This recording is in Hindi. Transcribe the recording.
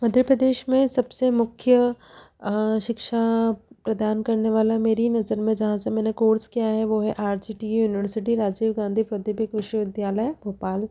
मध्य प्रदेश में सबसे मुख्य शिक्षा प्रदान करने वाला मेरी नजर में जहाँ से मैंने कोर्स किया है वो है R G T university Rajiv Gandhi प्रदीप विश्वविद्यालय भोपाल